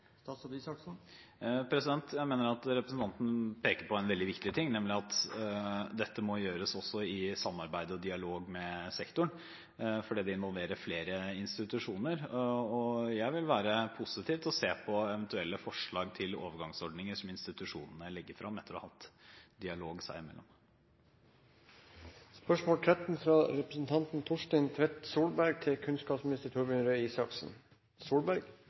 Jeg mener at representanten peker på en veldig viktig ting, nemlig at dette må gjøres i samarbeid og dialog med sektoren, for det involverer flere institusjoner. Jeg vil være positiv til å se på eventuelle forslag til overgangsordninger som institusjonene legger frem etter å ha hatt dialog seg imellom.